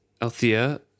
Althea